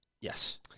Yes